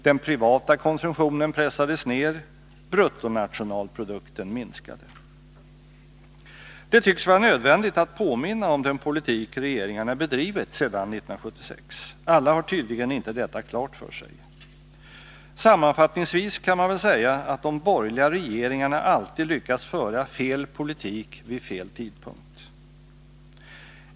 Den privata konsumtionen pressades ned. Bruttonationalprodukten minskade. Det tycks vara nödvändigt att påminna om den politik regeringarna bedrivit sedan 1976. Alla har tydligen inte detta klart för sig. Sammanfattningsvis kan man väl säga att de borgerliga regeringarna alltid lyckats föra fel politik vid fel tidpunkt.